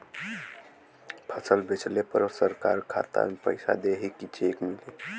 फसल बेंचले पर सरकार खाता में पैसा देही की चेक मिली?